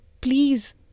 please